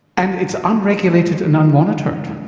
and it's unregulated and unmonitored.